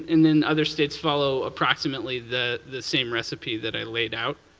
and then other states follow approximately the the same recipe that i laid out.